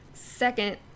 Second